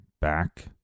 back